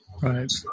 Right